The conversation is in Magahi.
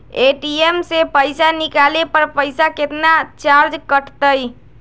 ए.टी.एम से पईसा निकाले पर पईसा केतना चार्ज कटतई?